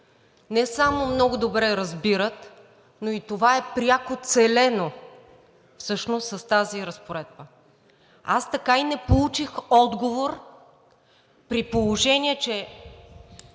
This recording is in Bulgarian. Не само много добре разбират, но и това е пряко целено всъщност с тази разпоредба. Аз така и не получих отговор, при положение че